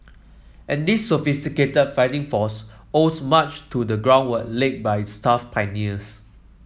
and this sophisticated fighting force owes much to the groundwork laid by its tough pioneers